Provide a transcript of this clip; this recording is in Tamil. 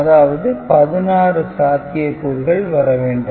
அதாவது 16 சாத்தியக்கூறுகள் வர வேண்டும்